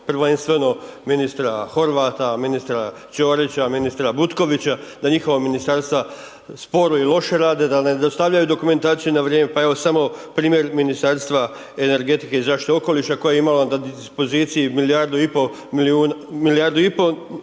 prvenstveno ministra Horvata, ministra Ćorića, ministra Butkovića, da njihova Ministarstva sporo i loše rade, da ne dostavljaju dokumentaciju na vrijeme, pa evo samo primjer Ministarstva energetike i zaštite okoliša koja je imala na dispoziciji milijardu i pol da povuče